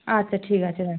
আচ্ছা ঠিক আছে রাখ